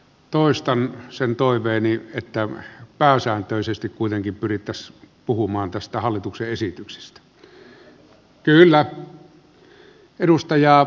toistan sen toiveeni että pääsääntöisesti kuitenkin pyrittäisiin puhumaan tästä hallituksen esityksestä